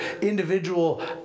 individual